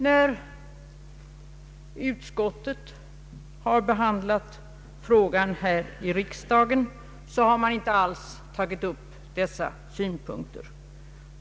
När utskottet har behandlat frågan har man inte tagit upp dessa synpunkter.